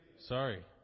Sorry